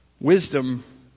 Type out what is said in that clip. Wisdom